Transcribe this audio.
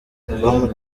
com